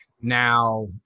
Now